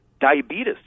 diabetes